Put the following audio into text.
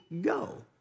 go